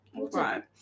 right